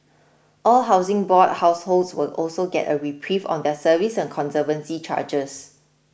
all Housing Board households will also get a reprieve on their service and conservancy charges